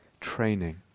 training